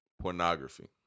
Pornography